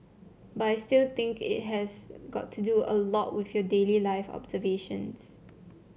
but I still think it has got to do a lot with your daily life observations